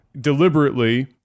deliberately